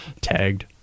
tagged